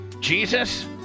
Jesus